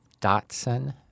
Datsun